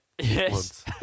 yes